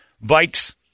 Bikes